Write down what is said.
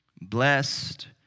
blessed